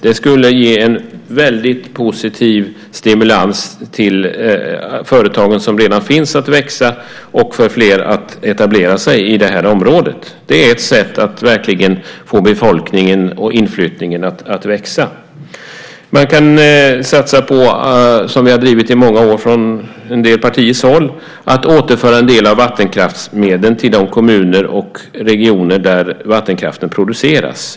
Det skulle ge en väldigt positiv stimulans till de företag som redan finns att växa och för fler att etablera sig i det här området. Det är ett sätt att verkligen få befolkningen och inflyttningen att växa. Man kan satsa på, som vi har drivit i många år från en del partiers håll, att återföra en del av vattenkraftsmedlen till de kommuner och regioner där vattenkraften produceras.